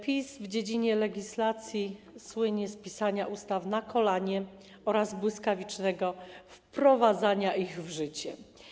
PiS w dziedzinie legislacji słynie z pisania ustaw na kolanie oraz błyskawicznego wprowadzania ich w życie.